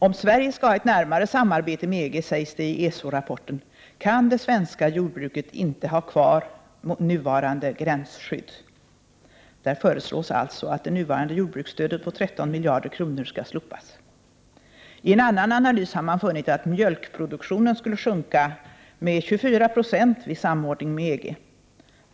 ”Om Sverige skall ha ett närmare samarbete med EG”, sägs det i Prot. 1988/89:129 ESO-rapporten, ”kan det svenska jordbruket inte ha kvar nuvarande 6 juni 1989 gränsskydd.” Där föreslås alltså att det nuvarande jordbruksstödet på 13 miljarder kronor skall slopas. I en annan analys har man funnit att mjölkproduktionen skulle sjunka med 24 90 vid samordning med EG.